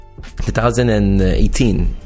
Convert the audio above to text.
2018